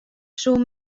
soe